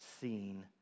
seen